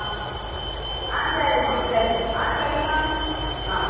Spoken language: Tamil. ஆ ஆ சரிம்மா சரிம்மா ஆ சரிம்மா ஆ